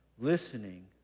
listening